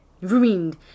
Ruined